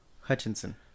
Hutchinson